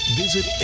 visit